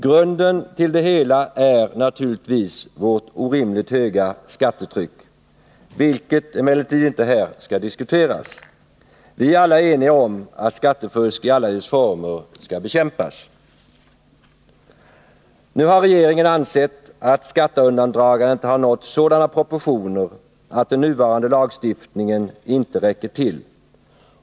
Grunden till det hela är naturligtvis vårt orimligt höga skattetryck, vilket emellertid inte skall diskuteras här. Vi är alla eniga om att skattefusk i alla dess former skall bekämpas. Nu har regeringen ansett att skatteundandragandet har nått sådana proportioner att den nuvarande lagstiftningen inte räcker till.